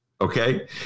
okay